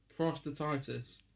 prostatitis